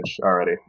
already